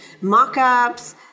mock-ups